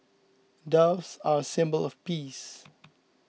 doves are a symbol of peace